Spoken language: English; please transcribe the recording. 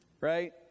right